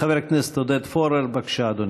חבר הכנסת עודד פורר, בבקשה, אדוני.